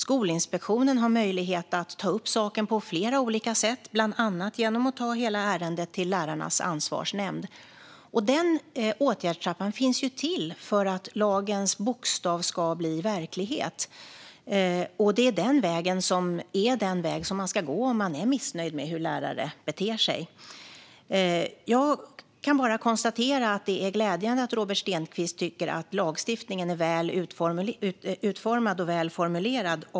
Skolinspektionen har möjlighet att ta upp saken på flera olika sätt, bland annat genom att ta hela ärendet till Lärarnas ansvarsnämnd. Denna åtgärdstrappa finns till för att lagens bokstav ska bli verklighet. Det är den vägen man ska gå om man är missnöjd med hur lärare beter sig. Det är glädjande att Robert Stenkvist tycker att lagstiftningen är väl utformad och väl formulerad.